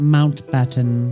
Mountbatten